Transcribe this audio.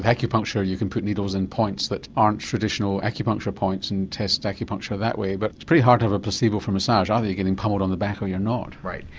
acupuncture, you can put needles in points that aren't traditional acupuncture points, and test acupuncture that way, but it's pretty hard to have a placebo for massage. either you're getting pummelled on the back, or you're not. right.